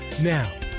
now